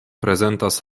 prezentas